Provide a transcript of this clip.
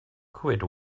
quit